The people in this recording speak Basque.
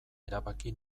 erabaki